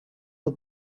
the